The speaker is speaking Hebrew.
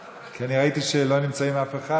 ראיתי שלא נמצא אף אחד,